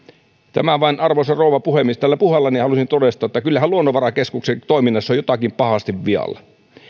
arvoisa rouva puhemies tällä puheellani halusin todistaa että kyllä luonnonvarakeskuksen toiminnassa on jotakin pahasti vialla